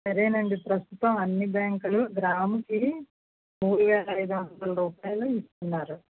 సరే అండి ప్రస్తుతం అన్ని బ్యాంకులు గ్రాముకి మూడు వేల ఐదు వందల రూపాయలు ఇస్తున్నారు